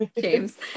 James